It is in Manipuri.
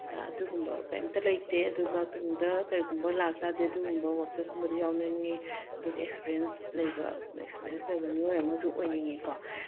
ꯑꯗꯨꯒꯨꯝꯕ ꯀꯩꯔꯤꯝꯇ ꯂꯩꯇꯦ ꯑꯗꯨꯒ ꯇꯨꯡꯗ ꯀꯔꯤꯒꯨꯝꯕ ꯂꯥꯛꯇꯥꯔꯒꯗꯤ ꯑꯗꯨꯒꯨꯝꯕ ꯋꯥꯛꯁꯣꯞꯀꯨꯝꯕꯗꯣ ꯌꯥꯎꯅꯤꯡꯉꯤ ꯑꯗꯨꯒ ꯑꯦꯛꯁꯄꯤꯔꯤꯌꯦꯟꯁ ꯂꯩꯕ ꯑꯦꯛꯁꯄꯤꯔꯤꯌꯦꯟꯁ ꯂꯩꯕ ꯃꯤꯑꯣꯏ ꯑꯃꯁꯨ ꯑꯣꯏꯅꯤꯡꯉꯦꯀꯣ